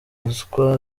ruswa